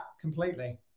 completely